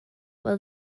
while